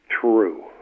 true